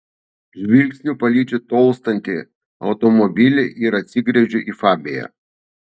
žvilgsniu palydžiu tolstantį automobilį ir atsigręžiu į fabiją